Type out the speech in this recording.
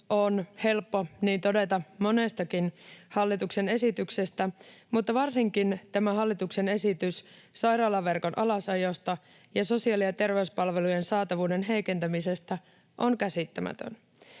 on helppo niin todeta monestakin hallituksen esityksestä, mutta varsinkin tämä hallituksen esitys sairaalaverkon alasajosta ja sosiaali- ja terveyspalvelujen saatavuuden heikentämisestä on käsittämätön.